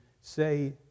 say